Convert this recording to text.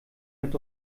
mit